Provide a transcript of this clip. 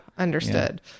Understood